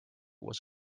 was